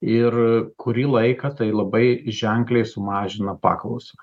ir kurį laiką tai labai ženkliai sumažina paklausą